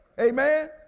Amen